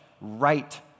right